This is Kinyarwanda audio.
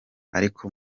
ariko